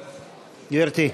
גברתי.